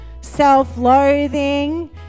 self-loathing